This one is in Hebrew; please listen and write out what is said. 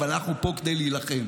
אבל אנחנו פה כדי להילחם.